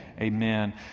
Amen